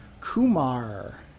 Kumar